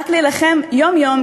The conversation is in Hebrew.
רק להילחם יום-יום,